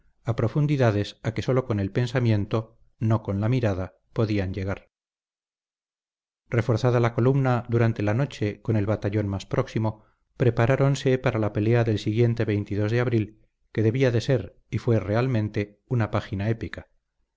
a profundidades a que sólo con el pensamiento no con la mirada podían llegar reforzada la columna durante la noche con el batallón más próximo preparáronse para la pelea del siguiente de abril que debía de ser y fue realmente una página épica